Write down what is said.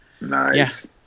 nice